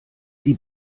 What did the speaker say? die